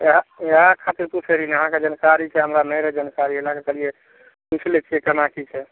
एहि एहि खातिर पूछै रहियै अहाँके जनकारी छै हमरा नहि रहै जनकारी एहि लएके कहलियै पूछि लै छियै केना की छै